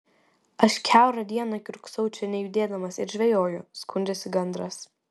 aš kiaurą dieną kiurksau čia nejudėdamas ir žvejoju skundžiasi gandras